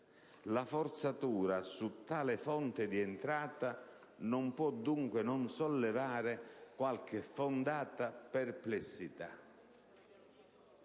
la forzatura su tale fonte di entrata non può, dunque, non sollevare qualche fondata perplessità».